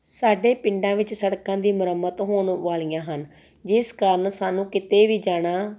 ਸਾਡੇ ਪਿੰਡਾਂ ਵਿੱਚ ਸੜਕਾਂ ਦੀ ਮੁਰੰਮਤ ਹੋਣ ਵਾਲੀਆਂ ਹਨ ਜਿਸ ਕਾਰਨ ਸਾਨੂੰ ਕਿਤੇ ਵੀ ਜਾਣਾ